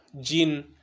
gene